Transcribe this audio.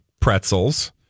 pretzels